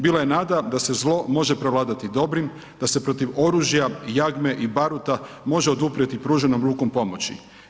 Bila je nada da se zlo može prevladati dobrim, da se protiv oružja, jagme i baruta može oduprijeti pruženom rukom pomoći.